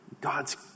god's